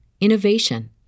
innovation